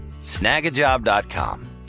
snagajob.com